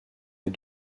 est